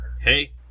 Hey